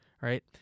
right